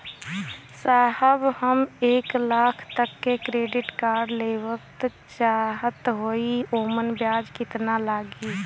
साहब हम एक लाख तक क क्रेडिट कार्ड लेवल सोचत हई ओमन ब्याज कितना लागि?